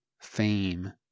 fame